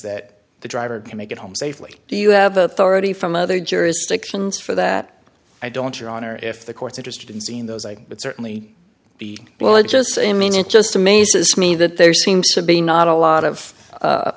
that the driver can make it home safely do you have authority from other jurisdictions for that i don't your honor if the court's interested in seeing those i would certainly be well i just say i mean it just amazes me that there seems to be not a lot of a